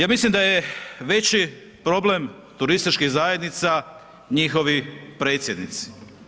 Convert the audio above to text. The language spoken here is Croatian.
Ja mislim da je veći problem turističkih zajednica njihovi predsjednici.